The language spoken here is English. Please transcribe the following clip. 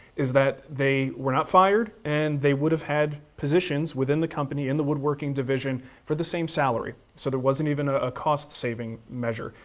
is that they were not fired and they would've had positions within the company in the woodworking division for the same salary, so there wasn't even a ah cost-saving measure.